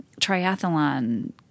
triathlon